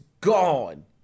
gone